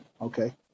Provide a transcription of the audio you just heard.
okay